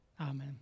amen